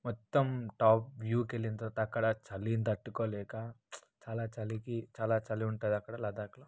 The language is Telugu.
మొత్తం టాప్ వ్యూకు వెళ్ళిన తర్వాత అక్కడ చలి తట్టుకోలేక చాలా చలికి చాలా చలి ఉంటుంది అక్కడ లడఖ్లో